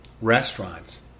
restaurants